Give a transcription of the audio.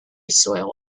soil